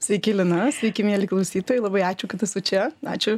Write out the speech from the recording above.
sveiki lina sveiki mieli klausytojai labai ačiū kad esu čia ačiū